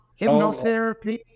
hypnotherapy